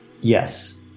Yes